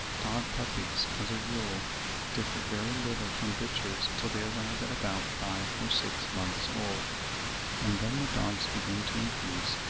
dog-puppies as a rule differ very little from bitches till they arrive at about five or six months old and then the dogs begin to increase,